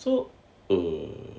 so err